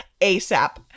ASAP